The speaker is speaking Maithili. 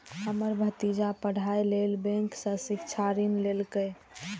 हमर भतीजा पढ़ाइ लेल बैंक सं शिक्षा ऋण लेलकैए